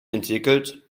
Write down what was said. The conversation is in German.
entwickelt